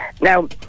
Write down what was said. Now